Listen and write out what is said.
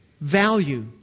value